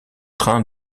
train